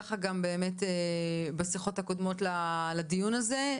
וכך גם עלה בשיחות הקודמות לדיון הזה,